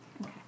Okay